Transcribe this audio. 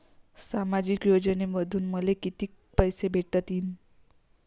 सामाजिक योजनेमंधून मले कितीक पैसे भेटतीनं?